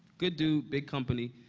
good dude. big company.